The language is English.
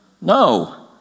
No